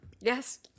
Yes